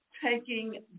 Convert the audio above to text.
Taking